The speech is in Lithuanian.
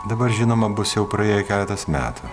dabar žinoma bus jau praėję keletas metų